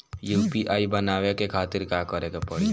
UPI बनावे के खातिर का करे के पड़ी?